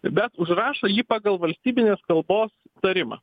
bet užrašo jį pagal valstybinės kalbos tarimą